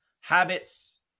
Habits